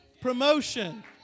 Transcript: Promotion